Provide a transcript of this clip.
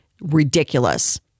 ridiculous